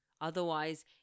Otherwise